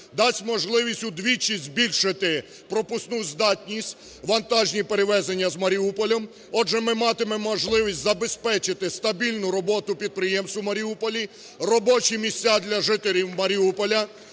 дасть можливість удвічі збільшити пропускну здатність, вантажні перевезення з Маріуполем. Отже, ми матимемо можливість забезпечити стабільну роботу підприємств у Маріуполі, робочі місця для жителів Маріуполя,